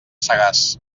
sagàs